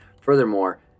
Furthermore